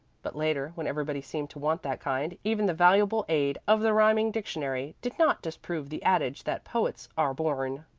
but later, when everybody seemed to want that kind, even the valuable aid of the rhyming dictionary did not disprove the adage that poets are born,